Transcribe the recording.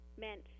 meant